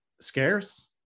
scarce